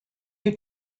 you